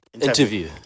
interview